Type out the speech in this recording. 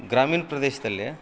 ಗ್ರಾಮೀಣ ಪ್ರದೇಶದಲ್ಲಿ